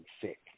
sick